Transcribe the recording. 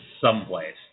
someplace